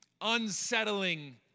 unsettling